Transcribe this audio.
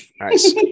Nice